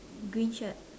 green shirt